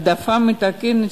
העדפה מתקנת,